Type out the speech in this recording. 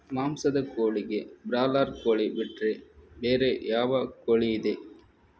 ಮಾಂಸದ ಕೋಳಿಗೆ ಬ್ರಾಲರ್ ಕೋಳಿ ಬಿಟ್ರೆ ಬೇರೆ ಯಾವ ಕೋಳಿಯಿದೆ?